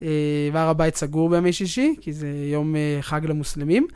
והר הבית סגור בימי שישי כי זה יום חג למוסלמים.